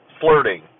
flirting